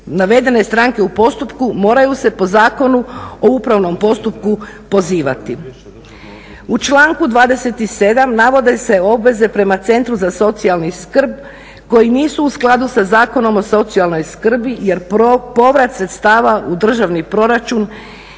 U članku 27. navode se obveze prema Centru za socijalnu skrb koji nisu u skladu sa Zakonom o socijalnoj skrbi jer povrat sredstava u državni proračun